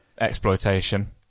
exploitation